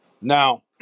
now